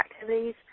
activities